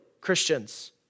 Christians